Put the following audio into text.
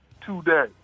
today